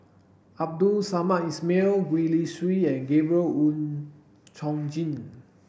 Abdul Samad Ismail Gwee Li Sui and Gabriel Oon Chong Jin